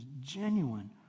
genuine